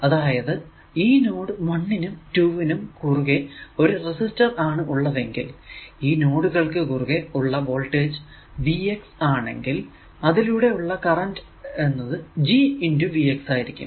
അതായതു ഈ നോഡ് 1 നും 2 നും കുറുകെ ഒരു റെസിസ്റ്റർ ആണ് ഉള്ളതെങ്കിൽ ഈ നോഡുകൾക്കു കുറുകെ ഉള്ള വോൾടേജ് Vx ആണെങ്കിൽ അതിലൂടെ ഉള്ള കറന്റ് എന്നത് G Vx ആയിരിക്കും